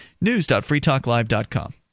news.freetalklive.com